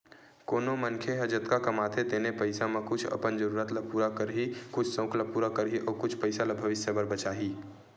कोनो मनखे ह जतका कमाथे तेने पइसा म कुछ अपन जरूरत ल पूरा करही, कुछ सउक ल पूरा करही अउ कुछ पइसा ल भविस्य बर बचाही